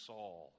Saul